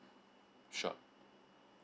sure